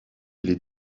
les